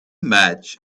match